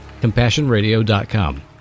CompassionRadio.com